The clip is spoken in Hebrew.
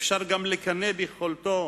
אפשר גם לקנא ביכולתו